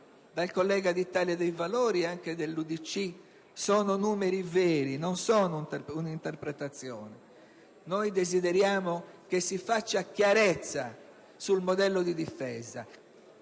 dai colleghi dell'Italia dei Valori e dell'UDC sono veri, non sono un'interpretazione. Desideriamo che si faccia chiarezza sul modello di difesa,